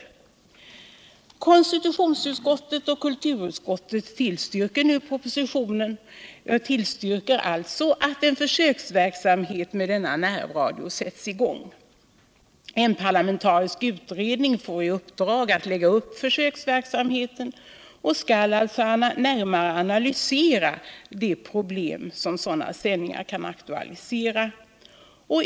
Konstitutionsutskottet och kulturutskottet tillstyrker nu propositionen, alltså att en försöksverksamhet med närradio sätts i gång. En parlamentarisk utredning får i uppdrag att lägga upp försöksverksamheten och närmare analysera de problem som sådana sändningar kan aktualisera.